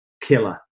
killer